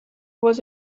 was